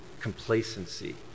complacency